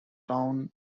town